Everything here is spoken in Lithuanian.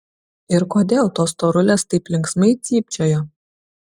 ir kodėl tos storulės taip linksmai cypčiojo